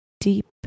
deep